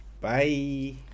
Bye